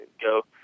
go